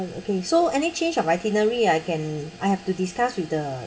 okay so any change of itinerary I can I have to discuss with the